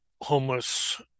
homeless